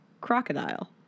crocodile